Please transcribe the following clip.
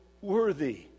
worthy